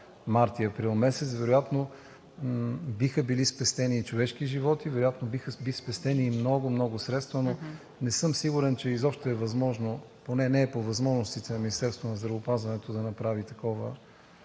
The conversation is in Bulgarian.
март и април месец. Вероятно биха били спестени човешки животи. Вероятно биха били спестени и много, много средства, но не съм сигурен, че изобщо е възможно, поне не е по възможностите на Министерството на здравеопазването да направи такова